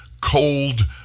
cold